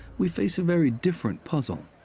we face a very different puzzle.